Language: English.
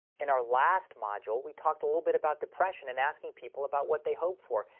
in our last module we talked a little bit about depression and asking people about what they hope for.